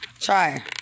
Try